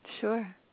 Sure